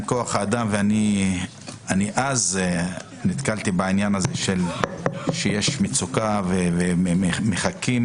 כוח האדם ואז נתקלתי בעניין הזה שיש מצוקה ומחכים.